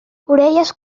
orelles